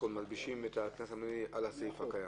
69 בבקשה.